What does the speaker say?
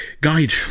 Guide